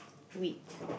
wheat